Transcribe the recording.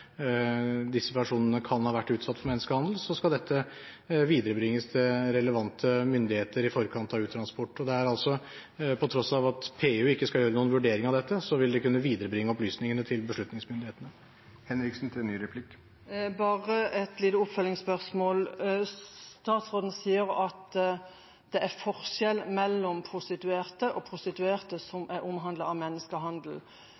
disse personene kan ha vært utsatt for menneskehandel, skal dette viderebringes til relevante myndigheter i forkant av uttransportering. Så på tross av at PU ikke skal gjøre noen vurdering av dette, vil de kunne viderebringe opplysningene til beslutningsmyndighetene. Jeg har bare et lite oppfølgingsspørsmål. Statsråden sier at det er forskjell på prostituerte og prostituerte som er utsatt for menneskehandel. Jeg tenker at noe av